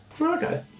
Okay